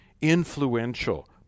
influential